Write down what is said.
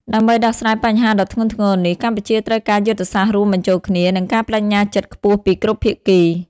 ដើម្បីដោះស្រាយបញ្ហាដ៏ធ្ងន់ធ្ងរនេះ កម្ពុជាត្រូវការយុទ្ធសាស្ត្ររួមបញ្ចូលគ្នា និងការប្តេជ្ញាចិត្តខ្ពស់ពីគ្រប់ភាគី។